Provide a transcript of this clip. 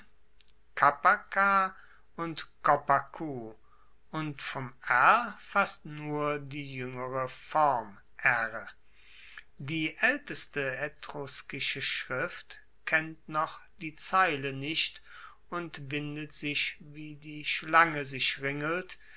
und vom r fast nur die juengere form r die aelteste etruskische schrift kennt noch die zeile nicht und windet sich wie die schlange sich ringelt